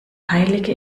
heilige